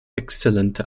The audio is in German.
exzellente